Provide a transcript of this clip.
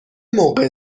موقع